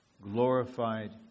glorified